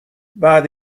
بعد